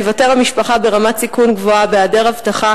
תיוותר המשפחה ברמת סיכון גבוהה בהיעדר אבטחה